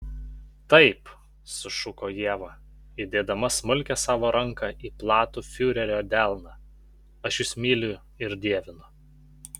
taip sušuko ieva įdėdama smulkią savo ranką į platų fiurerio delną aš jus myliu ir dievinu